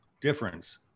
difference